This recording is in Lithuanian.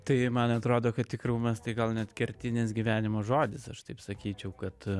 tai man atrodo kad tikrumas tai gal net kertinis gyvenimo žodis aš taip sakyčiau kad